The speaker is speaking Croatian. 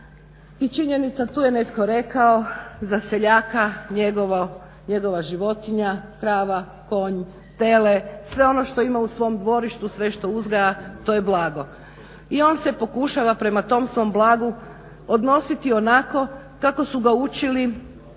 i činjenica, tu je netko rekao za seljaka njegova životinja krava, konj, tele sve ono što ima u svom dvorištu sve što uzgaja to je blago. I on se pokušava prema tom svom blagu odnositi onako kako su ga učili